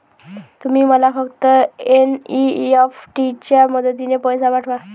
तुम्ही मला फक्त एन.ई.एफ.टी च्या मदतीने पैसे पाठवा